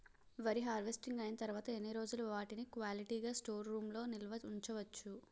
వరి హార్వెస్టింగ్ అయినా తరువత ఎన్ని రోజులు వాటిని క్వాలిటీ గ స్టోర్ రూమ్ లొ నిల్వ ఉంచ వచ్చు?